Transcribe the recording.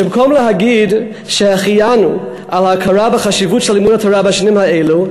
במקום להגיד שהחיינו על ההכרה בחשיבות של לימוד התורה בשנים האלה,